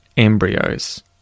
Embryos